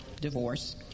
divorce